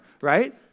right